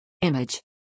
Image